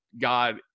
God